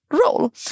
role